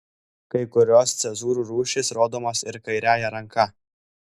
kai kurios cezūrų rūšys rodomos ir kairiąja ranka